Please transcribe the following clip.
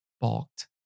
balked